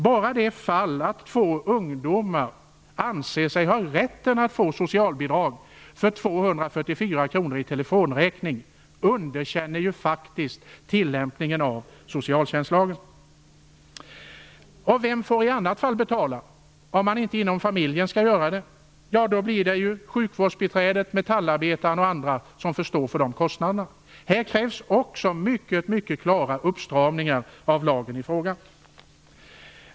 Bara det faktum att två ungdomar anser sig ha rätt att få socialbidrag för en telefonräkning på 244 kr underkänner ju faktiskt tilllämpningen av socialtjänstlagen. Vem får i annat fall betala, om man inte betalar inom familjen? Då blir det sjukvårdsbiträdet, metallarbetaren och andra som för stå för kostnaderna. Här krävs mycket klara uppstramningar av lagen i fråga.